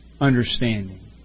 understanding